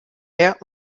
der